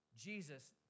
Jesus